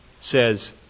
says